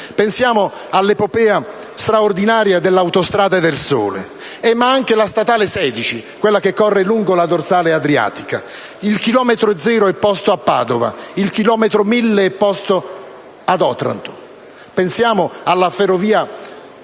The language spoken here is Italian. Pensiamo all'epopea straordinaria dell'Autostrada del Sole, ma anche alla statale 16, quella che corre lungo la dorsale adriatica (il chilometro zero è posto a Padova, il chilometro mille è posto ad Otranto). Pensiamo alla ferrovia